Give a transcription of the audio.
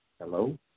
Hello